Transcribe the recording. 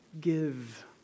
give